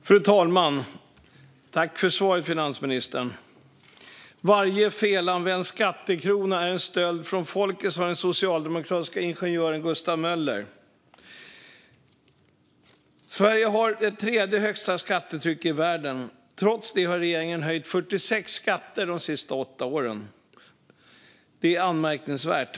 Fru talman! Tack, finansministern, för svaret! Varje felanvänd skattekrona är en stöld från folket, sa den socialdemokratiske ingenjören Gustav Möller. Sverige har det tredje högsta skattetrycket i världen. Trots det har regeringen höjt 46 skatter de senaste åtta åren. Det är anmärkningsvärt.